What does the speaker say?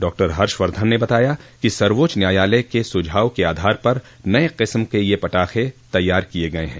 doctor Harshvardhan ने बताया कि सर्वोच्च न्यातयालय के सुझाव के आधार पर नए किस्मो के ये पटाखें तैयार किये गये हैं